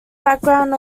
background